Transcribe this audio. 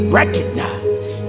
recognize